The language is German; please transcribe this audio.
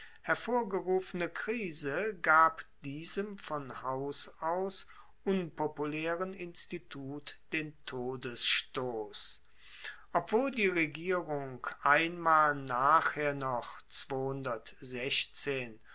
hervorgerufene krise gab diesem von haus aus unpopulaeren institut den todesstoss obwohl die regierung einmal nachher noch